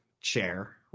chair